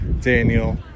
Daniel